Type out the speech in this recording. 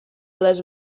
les